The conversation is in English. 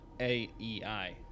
A-E-I